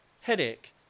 headache